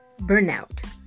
burnout